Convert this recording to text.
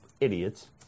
idiots